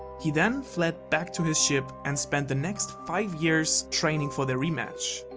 he then fled back to his ship and spent the next five years training for their rematch.